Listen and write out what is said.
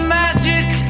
magic